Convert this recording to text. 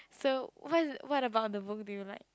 so what is what about the book do you like